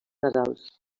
nasals